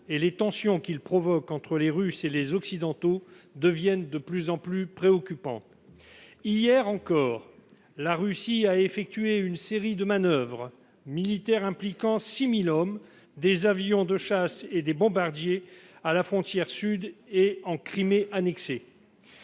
et les tensions qu'il provoque entre les Russes et les Occidentaux deviennent de plus en plus préoccupantes. Hier encore, la Russie a effectué une série de manoeuvres militaires, impliquant 6 000 hommes, des avions de chasse et des bombardiers, le long de sa frontière sud avec l'Ukraine et